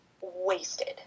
wasted